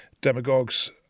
demagogues